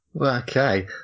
Okay